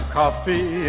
coffee